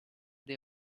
they